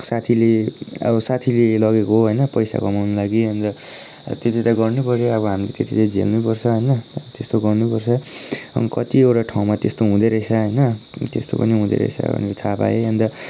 साथीले अब साथीले लगेको हो होइन पैसा कमाउनुको लागि अन्त त्यति त गर्नुपर्यो अब हामीले त्यति त झेल्नुपर्छ होइन त्यस्तो गर्नुपर्छ अनि कतिवटा ठाउँमा त्यस्तो हुँदोरहेछ होइन त्यस्तो पनि हुँदोरहेछ भन्ने थाहा पाएँ अन्त